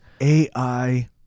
AI